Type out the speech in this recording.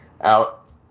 out